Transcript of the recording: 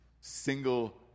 single